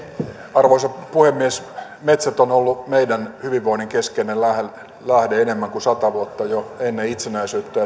arvoisa puhemies metsät ovat olleet meidän hyvinvoinnin keskeinen lähde jo enemmän kuin sata vuotta ennen itsenäisyyttä